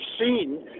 seen